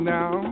now